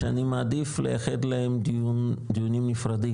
שאני מעדיף לייחד להם דיונים נפרדים,